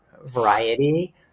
variety